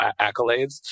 accolades